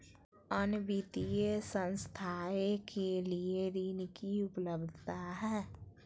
अन्य वित्तीय संस्थाएं के लिए ऋण की उपलब्धता है?